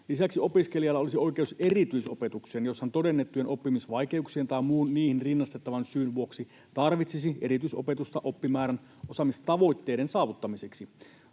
Lisäksi opiskelijalla olisi oikeus erityisopetukseen, jos hän todennettujen oppimisvaikeuksien tai muun niihin rinnastettavan syyn vuoksi tarvitsisi erityisopetusta oppimäärän osaamistavoitteiden saavuttamiseksi.